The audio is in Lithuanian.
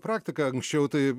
praktika anksčiau tai